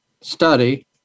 study